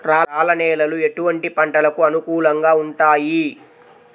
రాళ్ల నేలలు ఎటువంటి పంటలకు అనుకూలంగా ఉంటాయి?